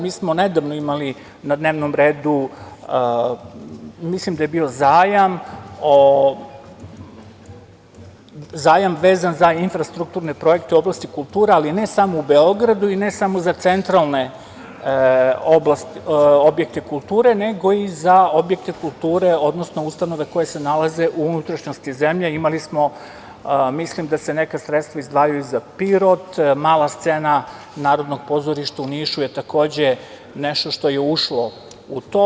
Mi smo nedavno imali na dnevnom redu, mislim da je bio zajam vezan za infrastrukturne projekte u oblasti kulture, ali ne samo u Beogradu i ne samo za centralne objekte kulture nego i za objekte kulture, odnosno ustanove koje se nalaze u unutrašnjosti zemlje, mislim da se neka sredstva izdvajaju za Pirot, Mala scena Narodnog pozorišta u Nišu je takođe nešto što je ušlo u to.